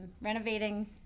renovating